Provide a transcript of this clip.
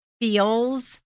feels